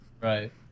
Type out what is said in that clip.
Right